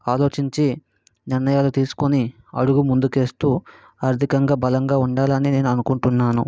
ఆలోచించి నిర్ణయాలు తీసుకోని అడుగు ముందుకు వేస్తూ ఆర్ధికంగా బలంగా ఉండాలి అని నేను అనుకుంటున్నాను